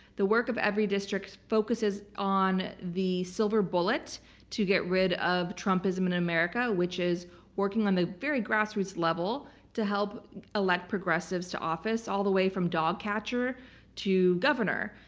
the work of everydistrict focuses on the silver bullet to get rid of trumpism in america, which is working on a very grassroots level to help elect progressives to office, all the way from dogcatcher to governor,